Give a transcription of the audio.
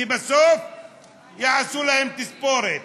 כי בסוף יעשו להם תספורת.